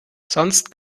sonst